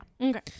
Okay